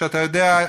שאתה יודע,